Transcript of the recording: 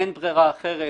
אין ברירה אחרת.